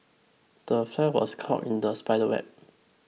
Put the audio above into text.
the fly was caught in the spider's web